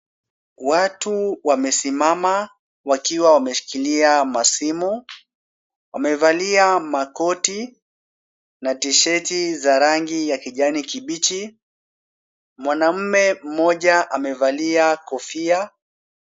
Watu wamesimama wakiwa wameshikilia simu, wamevalia makoti na tisheti za rangi ya kijani kibichi, mwanamume mmoja amevalia kofia.